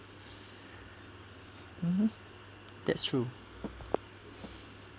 mmhmm that's true